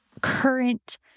current